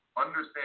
Understand